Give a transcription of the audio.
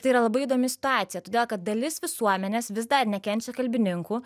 tai yra labai įdomi situacija todėl kad dalis visuomenės vis dar nekenčia kalbininkų